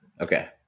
Okay